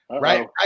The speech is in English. right